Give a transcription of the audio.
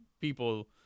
people